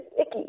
icky